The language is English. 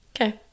Okay